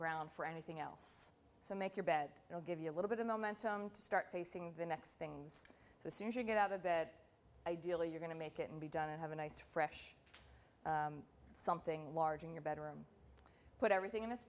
ground for anything else so make your bed you know give you a little bit of momentum to start facing the next things so as soon as you get out of bed ideally you're going to make it and be done and have a nice fresh something large in your bedroom put everything in